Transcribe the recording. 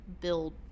build